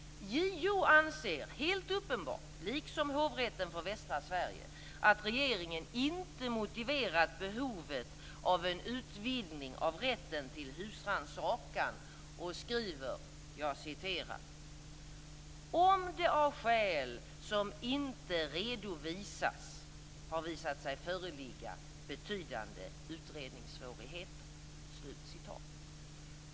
JO anser helt uppenbart, liksom Hovrätten för Västra Sverige, att regeringen inte motiverat behovet av en utvidgning av rätten till husrannsakan och skriver: "Om det av skäl som inte redovisas har visat sig föreligga betydande utredningssvårigheter -".